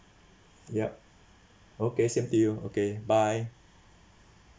yup okay same to you okay bye